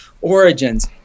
origins